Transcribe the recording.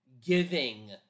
giving